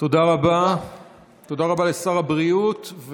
תודה רבה לשר הבריאות.